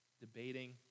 Debating